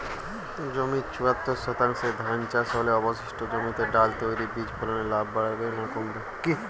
জমির চুয়াত্তর শতাংশে ধান চাষ হলে অবশিষ্ট জমিতে ডাল তৈল বীজ ফলনে লাভ বাড়বে না কমবে?